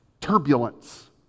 turbulence